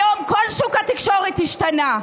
היום כל שוק התקשורת השתנה.